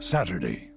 Saturday